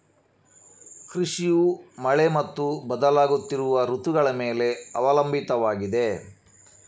ಕೃಷಿಯು ಮಳೆ ಮತ್ತು ಬದಲಾಗುತ್ತಿರುವ ಋತುಗಳ ಮೇಲೆ ಅವಲಂಬಿತವಾಗಿದೆ